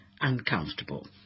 uncomfortable